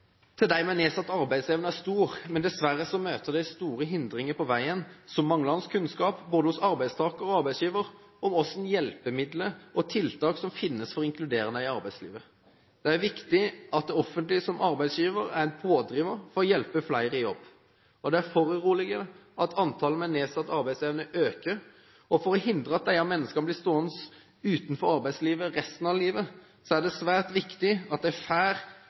det de kan. Arbeidsviljen til dem med nedsatt arbeidsevne er stor, men dessverre møter de store hindringer på veien som manglende kunnskap, hos både arbeidstaker og arbeidsgiver, om hvilke hjelpemidler og tiltak som finnes for å inkludere dem i arbeidslivet. Det er viktig at det offentlige som arbeidsgiver er en pådriver for å hjelpe flere i jobb. Det er foruroligende at antallet med nedsatt arbeidsevne øker, og for å hindre at disse menneskene blir stående utenfor arbeidslivet resten av livet, er det svært viktig